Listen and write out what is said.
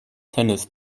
tennis